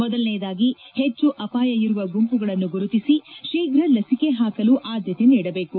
ಮೊದಲನೆಯದಾಗಿ ಹೆಚ್ಚು ಅಪಾಯ ಇರುವ ಗುಂಪುಗಳನ್ನು ಗುರುತಿಸಿ ಶೀಘ ಲಭಿಕೆ ಹಾಕಲು ಆದ್ದತೆ ನೀಡಬೇಕು